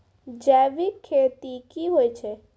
जैविक खेती की होय छै?